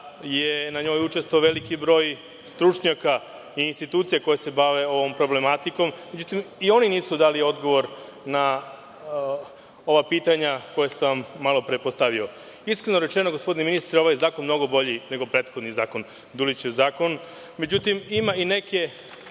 je na njoj učestvovao veliki broj stručnjaka i institucija koje se bave ovom problematikom, međutim i oni nisu dali odgovor na ova pitanja koja sam malopre postavio. Iskreno rečeno, gospodine ministre, ovaj zakon je mnogo bolji nego prethodni zakon, Dulićev zakon. Međutim, ima i neke